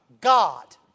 God